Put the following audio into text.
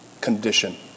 condition